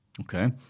Okay